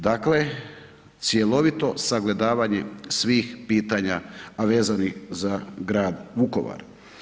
Dakle, cjelovito sagledavanje svih pitanja, a vezanih za grad Vukovar.